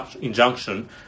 injunction